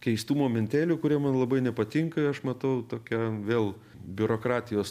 keistų momentėlių kurie man labai nepatinka ir aš matau tokią vėl biurokratijos